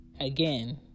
again